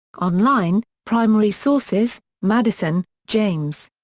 online primary sources madison, james.